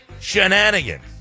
Shenanigans